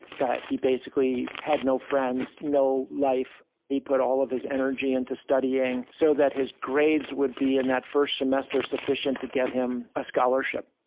that he basically had no friends, no life, that he put all of his energy into studying so that his grades would be in that first semester sufficient to get him a scholarship,